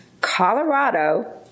Colorado